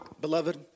Beloved